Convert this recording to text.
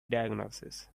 diagnosis